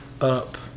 up